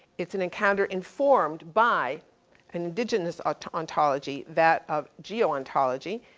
it's an encounter informed by indigenous onto ontology, that of geo-ontology,